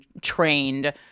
trained